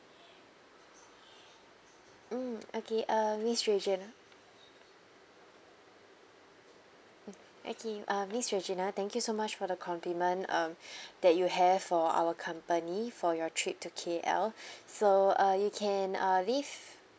mm okay um miss regina okay um miss regina thank you so much for the compliment um that you have for our company for your trip to K_L so uh you can uh leave